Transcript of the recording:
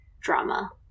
drama